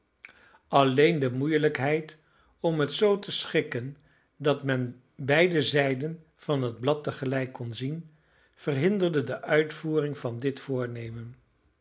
alleen de moeielijkheid om het zoo te schikken dat men beide zijden van het blad tegelijk kon zien verhinderde de uitvoering van dit voornemen